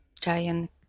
giant